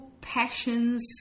passions